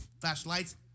Flashlights